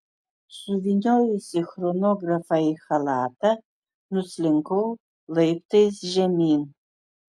suvyniojusi chronografą į chalatą nuslinkau laiptais žemyn